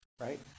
right